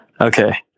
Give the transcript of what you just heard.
Okay